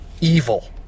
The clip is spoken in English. evil